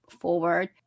forward